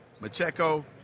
Macheco